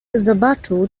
zobaczył